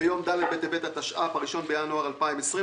ביום ד' בטבת התש"ף (1 בינואר 2020),